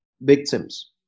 victims